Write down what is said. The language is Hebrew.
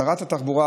שרת התחבורה,